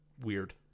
weird